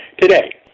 today